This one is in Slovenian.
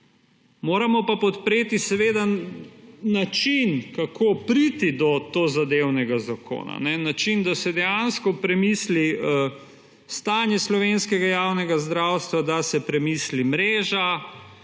Moramo pa podpreti način, kako priti do tozadevnega zakona. Način, da se dejansko premisli stanje slovenskega javnega zdravstva, da se premisli mreža,